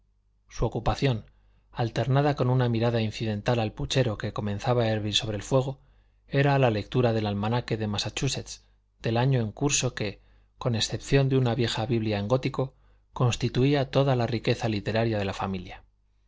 su ocupación alternada con una mirada incidental al puchero que comenzaba a hervir sobre el fuego era la lectura del almanaque de massachusetts del año en curso que con excepción de una vieja biblia en gótico constituía toda la riqueza literaria de la familia